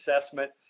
assessment